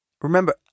Remember